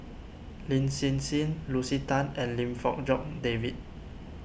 Lin Hsin Hsin Lucy Tan and Lim Fong Jock David